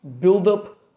buildup